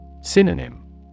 Synonym